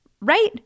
Right